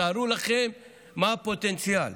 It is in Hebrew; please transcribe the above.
תארו לכם מה הפוטנציאל,